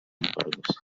pardos